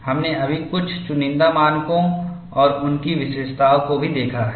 हमने अभी कुछ चुनिंदा मानकों और उनकी विशेषताओं को भी देखा है